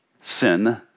sin